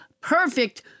perfect